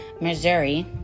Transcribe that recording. Missouri